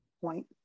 point